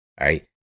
right